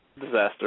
disaster